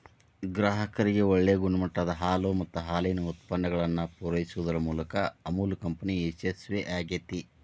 ಗ್ರಾಹಕರಿಗೆ ಒಳ್ಳೆ ಗುಣಮಟ್ಟದ ಹಾಲು ಮತ್ತ ಹಾಲಿನ ಉತ್ಪನ್ನಗಳನ್ನ ಪೂರೈಸುದರ ಮೂಲಕ ಅಮುಲ್ ಕಂಪನಿ ಯಶಸ್ವೇ ಆಗೇತಿ